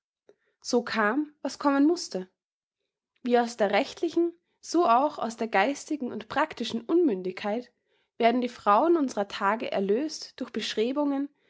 so kam was kommen mußte wie aus der rechtlichen so auch aus der geistigen und praktischen unmündigkeit werden die frauen unserer tage erlöst durch bestrebungen